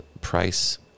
price